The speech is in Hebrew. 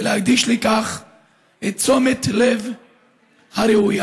ולהקדיש לכך את תשומת הלב הראויה.